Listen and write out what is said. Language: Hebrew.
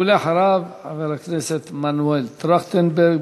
ואחריו, חבר הכנסת מנואל טרכטנברג.